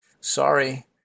sorry